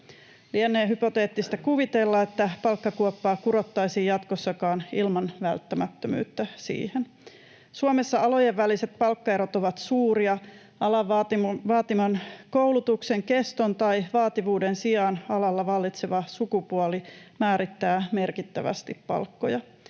Lienee hypoteettista kuvitella, että palkkakuoppaa kurottaisiin jatkossakaan ilman välttämättömyyttä siihen. Suomessa alojen väliset palkkaerot ovat suuria. Alan vaatiman koulutuksen keston tai vaativuuden sijaan alalla vallitseva sukupuoli määrittää merkittävästi palkkoja.